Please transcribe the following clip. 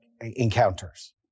encounters